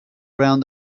around